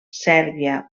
sèrbia